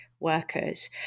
workers